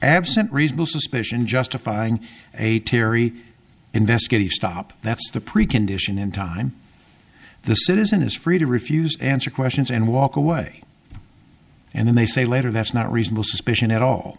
absent reasonable suspicion justifying a terry investigating stop that's the precondition in time the citizen is free to refuse answer questions and walk away and then they say later that's not reasonable suspicion at all